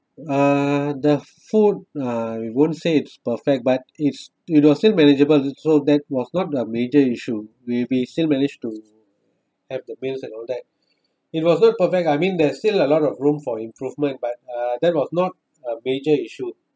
uh the food uh we won't say it's perfect but it's you know still manageable so that was not a major issue we we still managed to have the meals and all that it was not perfect I mean there's still a lot of room for improvement but uh that was not a major issue